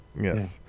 Yes